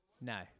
No